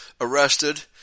arrested